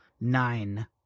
Nine